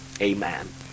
Amen